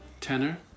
tenor